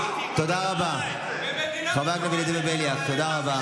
אני קורא אותך לסדר פעם ראשונה.